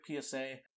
PSA